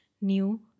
new